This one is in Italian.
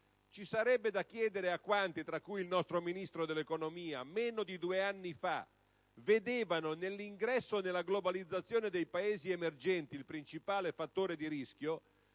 Ci sarebbe da chiedere a quanti, tra cui il nostro Ministro dell'economia, meno di due anni fa vedevano nell'ingresso nella globalizzazione dei Paesi emergenti il principale fattore di rischio,